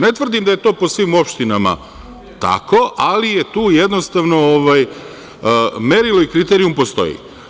Ne tvrdim da je to po svim opštinama tako, ali tu jednostavno merilo i kriterijum postoji.